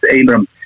Abram